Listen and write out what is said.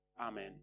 Amen